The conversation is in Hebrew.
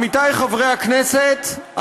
עמיתיי חברי הכנסת,